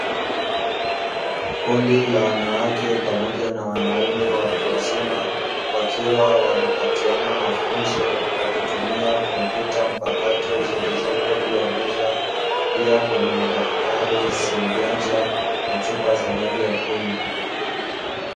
Kundi la wanawake pamoja na wanaume watu wazima wakiwa wanapatiana mafunzo kwa kutumia kompyuta mpakato zilizopo juu ya meza pia kuna madaftari si mjanja na chupa za maji ya kunywa.